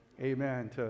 Amen